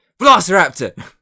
Blasteraptor